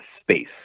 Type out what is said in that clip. space